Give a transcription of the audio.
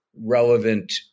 relevant